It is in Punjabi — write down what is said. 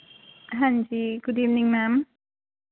ਹਾਂਜੀ ਗੁਡ ਈਵਨਿੰਗ ਮੈਮ